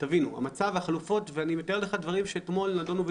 מצב החלופות ואני מתאר לך דברים שאתמול נדונו ונבחנו.